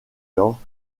lors